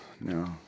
no